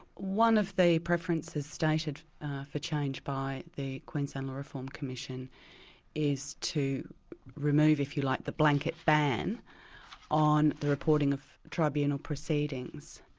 one of the preferences stated the change by the queensland law reform commission is to remove, if you like, the blanket ban on the reporting of tribunal proceedings.